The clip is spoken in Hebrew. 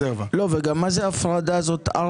וגם מה זה ההפרדה הזאת 4